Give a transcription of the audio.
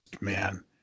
man